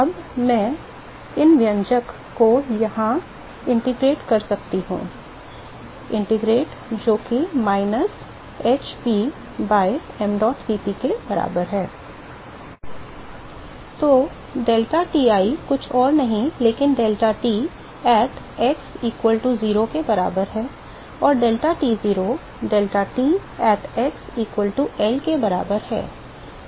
अब मैं इस व्यंजक को यहाँ एकीकृत कर सकता हूँ ln जो कि minus h P by mdot Cp के बराबर है तो deltaTi कुछ नहीं लेकिन deltaT at x equal to 0 के बराबर है और deltaT0 deltaT at x equal to L के बराबर है